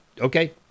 okay